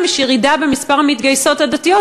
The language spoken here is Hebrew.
תהיה ירידה במספר המתגייסות הדתיות,